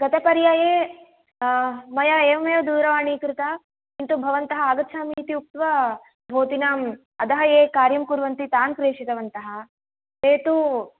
गतपर्याये मया एवमेव दूरवाणी कृता किन्तु आगच्छामि इति उक्त्वा भवतीनाम् अधः ये कार्यं कुर्वन्ति तान् प्रेषितवन्तः ते तु